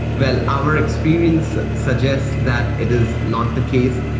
well, our experience suggests that it is not the case.